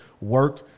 work